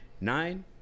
nine